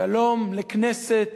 שלום לכנסת